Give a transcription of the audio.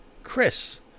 Chris